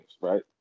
right